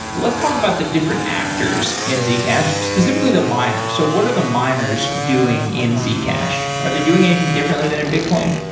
let's talk about the different actors in zcash, specifically the miners. so what are the miners doing in zcash? are they doing anything differently than in bitcoin?